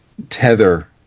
tether